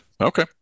Okay